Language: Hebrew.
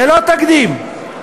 ללא תקדים.